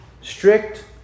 strict